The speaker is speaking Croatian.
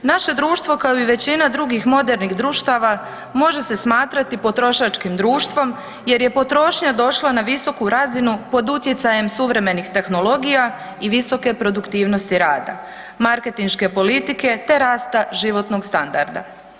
Naše društvo kao i većina drugih modernih društava može se smatrati potrošačkim društvom jer je potrošnja došla na visoku razinu pod utjecajem suvremenih tehnologija i visoke produktivnosti rada, marketinške politike, te rasta životnog standarda.